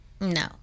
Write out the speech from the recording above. No